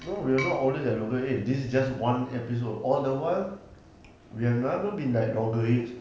no we're not always at loggerheads this is just one episode all the while we have never been at loggerheads